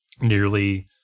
nearly